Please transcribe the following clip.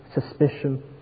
suspicion